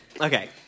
Okay